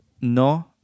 no